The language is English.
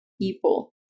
people